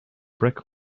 brick